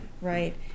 right